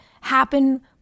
happen